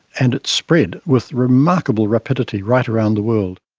and it spread with remarkable rapidity right around the world.